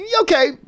Okay